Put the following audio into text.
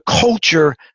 culture